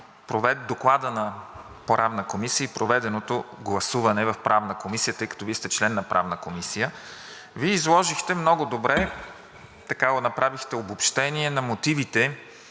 Доклада на Правна комисия и проведеното гласуване в Правна комисия, тъй като Вие сте неин член. Вие изложихте много добре, така, направихте обобщение на мотивите